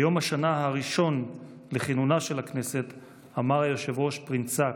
ביום השנה הראשון לכינונה של הכנסת אמר היושב-ראש שפרינצק: